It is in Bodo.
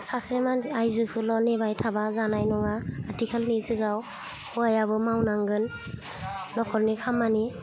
सासे मानसि आइजोखौल' नेबाय थाबा जानाय नङा आथिखालनि जुगाव हौवायाबो मावनांगोन नखरनि खामानि